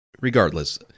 Regardless